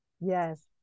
yes